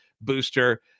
booster